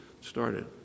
started